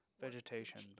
Vegetation